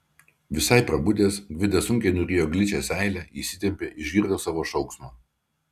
visai prabudęs gvidas sunkiai nurijo gličią seilę įsitempė išgirdo savo šauksmą